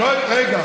רגע.